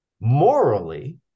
morally